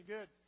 Good